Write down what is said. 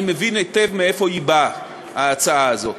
אני מבין היטב מאיפה באה ההצעה הזאת.